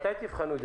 מתי תבחנו?